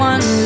One